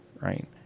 right